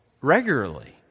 regularly